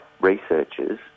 researchers